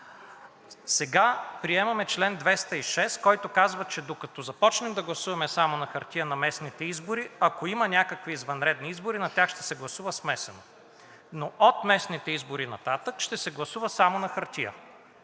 Сега приемаме чл. 206, който казва, че докато започнем да гласуваме само на хартия на местните избори, ако има някакви извънредни избори, на тях ще се гласува смесено, но от местните избори нататък ще се гласува само на хартия,